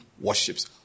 worships